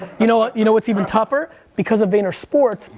you know you know what's even tougher? because of vayner sports.